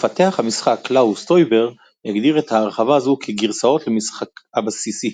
מפתח המשחק קלאוס טויבר הגדיר את הרחבה זו כ"גרסאות למשחק הבסיסי"